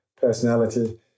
personality